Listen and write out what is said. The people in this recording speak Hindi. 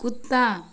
कुत्ता